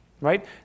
right